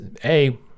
hey